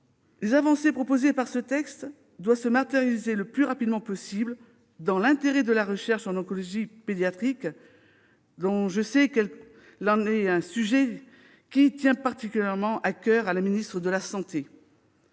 Les avancées proposées par ce texte doivent se matérialiser le plus rapidement possible, dans l'intérêt de la recherche en oncologie pédiatrique, sujet qui, je le sais, tient particulièrement à coeur à Mme la ministre des solidarités